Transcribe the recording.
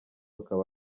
akaba